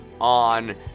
on